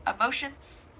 emotions